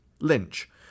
Lynch